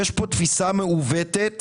יש פה תפיסה מעוותת